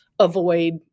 avoid